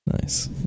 Nice